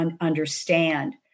understand